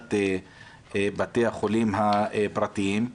קריסת בתי-החולים הפרטיים.